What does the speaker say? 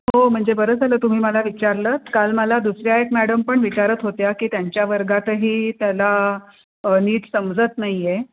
हो म्हणजे बरं झालं तुम्ही मला विचारलं काल मला दुसऱ्या एक मॅडम पण विचारत होत्या की त्यांच्या वर्गातही त्याला नीट समजत नाही आहे